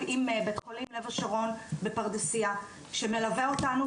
עם בית חולים לב השרון בפרדסיה שמלווה אותנו,